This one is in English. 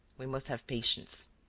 we must have patience!